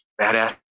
badass